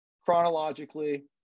chronologically